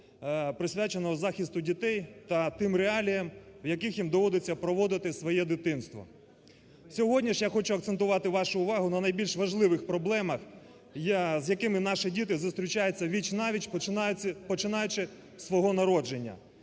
присвяченого захисту дітей та тим реаліям, в яких їм доводиться проводити своє дитинство. Сьогодні ж я хочу акцентувати вашу увагу на найбільш важливих проблемах, з якими наші діти зустрічаються віч-на-віч, починаючи з свого народження.